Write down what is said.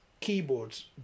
keyboards